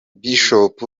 bishop